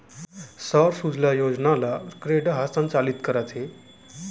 सौर सूजला योजना ल क्रेडा ह संचालित करत हे